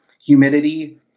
humidity